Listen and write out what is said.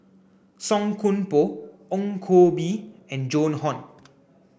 Song Koon Poh Ong Koh Bee and Joan Hon